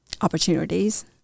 opportunities